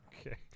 Okay